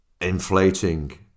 inflating